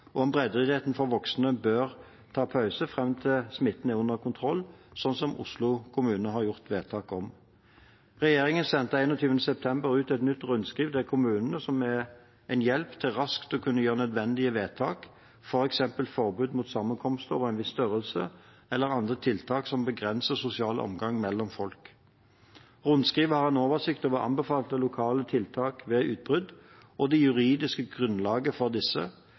og om breddeidretten for voksne bør ta pause fram til smitten er under kontroll, slik Oslo kommune har fattet vedtak om. Regjeringen sendte 21. september ut et nytt rundskriv til kommunene som en hjelp til raskt å kunne fatte nødvendige vedtak, f.eks. forbud mot sammenkomster over en viss størrelse eller andre tiltak som begrenser sosial omgang mellom folk. Rundskrivet har en oversikt over anbefalte lokale tiltak ved utbrudd og det juridiske grunnlaget for disse